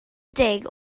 deg